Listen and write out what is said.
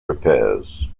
repairs